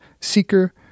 seeker